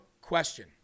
question